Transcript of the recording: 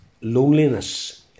loneliness